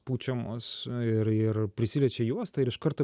pučiamos ir ir prisiliečia juosta ir iš karto